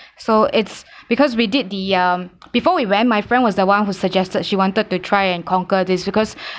so it's because we did the um before we went my friend was the one who suggested she wanted to try and conquer this because